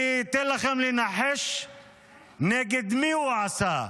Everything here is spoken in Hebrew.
אני אתן לכם לנחש נגד מי הוא עשה,